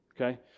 Okay